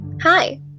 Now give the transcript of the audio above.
Hi